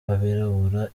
b’abirabura